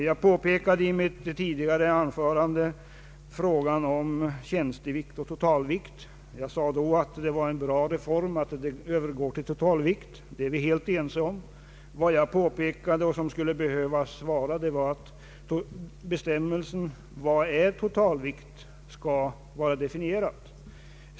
Jag tog i mitt tidigare anförande upp frågan om tjänstevikt och totalvikt, och jag sade att det är en bra reform att nu övergå till totalvikt. Detta är vi helt ense om. Jag påpekade emellertid att begreppet totalvikt måste vara klart definierat.